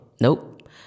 Nope